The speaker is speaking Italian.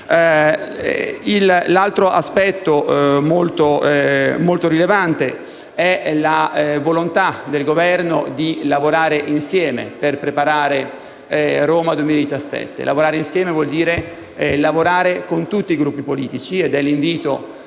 L'altro aspetto molto rilevante è la volontà del Governo di lavorare insieme per preparare Roma 2017. Lavorare insieme significa lavorare con tutti i Gruppi politici ed è l'invito